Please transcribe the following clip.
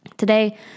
today